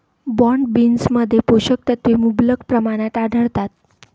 broad बीन्समध्ये पोषक तत्वे मुबलक प्रमाणात आढळतात